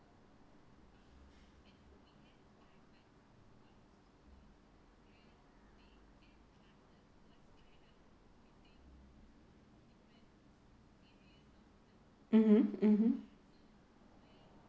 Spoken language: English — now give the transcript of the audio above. mmhmm mmhmm